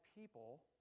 people